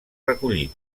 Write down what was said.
recollit